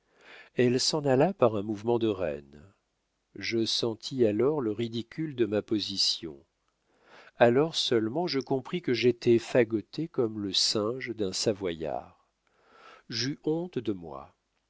elle s'en alla par un mouvement de reine je sentis alors le ridicule de ma position alors seulement je compris que j'étais fagotté comme le singe d'un savoyard j'eus honte de moi